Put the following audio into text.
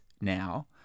now